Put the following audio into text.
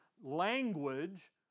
language